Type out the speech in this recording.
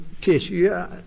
tissue